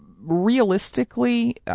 Realistically